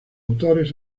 autores